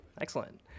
Excellent